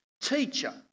Teacher